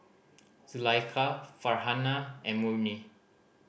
Zulaikha Farhanah and Murni